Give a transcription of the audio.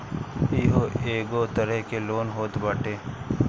इहो एगो तरह के लोन होत बाटे